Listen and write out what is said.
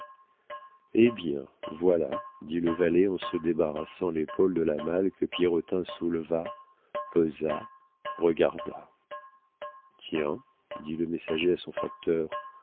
eh bien voilà dit le valet en se débarrassant l'épaule de la malle que pierrotin souleva pesa regarda tiens dit le messager à son facteur